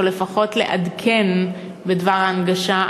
או לפחות לעדכן בדבר הנגשה,